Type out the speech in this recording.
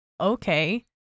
Okay